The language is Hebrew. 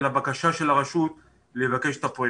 אלא בקשה של הרשות לבקש את הפרויקט.